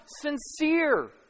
sincere